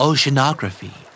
Oceanography